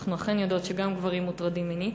אנחנו אכן יודעות שגם גברים מוטרדים מינית,